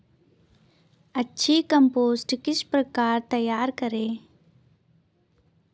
अच्छी कम्पोस्ट किस प्रकार तैयार करें?